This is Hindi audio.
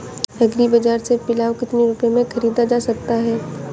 एग्री बाजार से पिलाऊ कितनी रुपये में ख़रीदा जा सकता है?